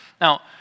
Now